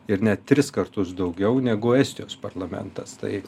ir net tris kartus daugiau negu estijos parlamentas tai